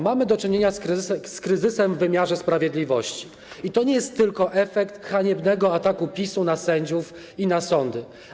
Mamy do czynienia z kryzysem w wymiarze sprawiedliwości i to nie jest tylko efekt haniebnego ataku PiS-u na sędziów i na sądy.